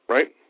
Right